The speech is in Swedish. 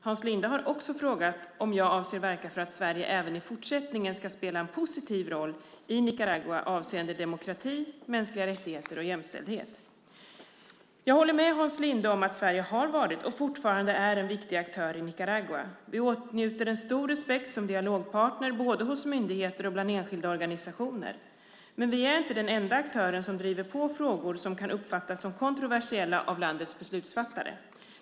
Hans Linde har också frågat om jag avser att verka för att Sverige även i fortsättningen ska spela en positiv roll i Nicaragua avseende demokrati, mänskliga rättigheter och jämställdhet. Jag håller med Hans Linde om att Sverige har varit, och fortfarande är, en viktig aktör i Nicaragua. Vi åtnjuter en stor respekt som dialogpartner, både hos myndigheter och bland enskilda organisationer. Men vi är inte den enda aktören som driver på frågor som kan uppfattas som kontroversiella av landets beslutsfattare.